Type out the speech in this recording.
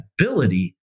ability